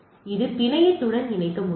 அதை பிணையத்துடன் இணைக்க முடியும்